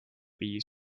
bee